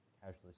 casually